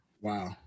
Wow